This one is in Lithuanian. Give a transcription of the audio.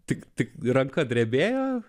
tik tik ranka drebėjo